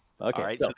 Okay